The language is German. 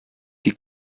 die